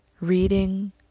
reading